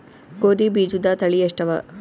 ಗೋಧಿ ಬೀಜುದ ತಳಿ ಎಷ್ಟವ?